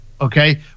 Okay